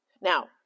Now